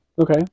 okay